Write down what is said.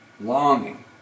longing